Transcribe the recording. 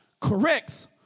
corrects